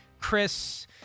chris